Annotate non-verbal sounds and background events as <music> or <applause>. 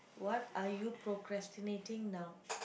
what are you procrastinating now <breath>